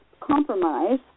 compromise